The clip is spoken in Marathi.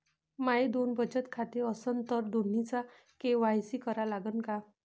माये दोन बचत खाते असन तर दोन्हीचा के.वाय.सी करा लागन का?